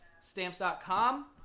stamps.com